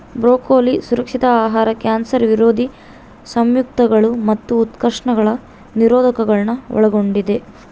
broccoli ಸುರಕ್ಷಿತ ಆಹಾರ cancer ವಿರೋಧಿ ಸಂಯುಕ್ತಗಳು ಮತ್ತು ಉತ್ಕರ್ಷಣ ನಿರೋಧಕಗುಳ್ನ ಒಳಗೊಂಡಿದ